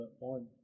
on